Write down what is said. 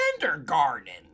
kindergarten